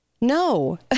No